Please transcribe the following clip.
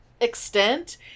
extent